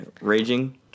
Raging